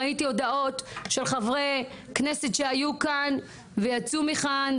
ראיתי הודעות של חברי כנסת שהיו כאן ויצאו מכאן,